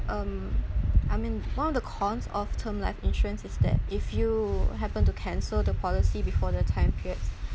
um I'm in one of the cons of term life insurance is that if you happen to cancel the policy before the time periods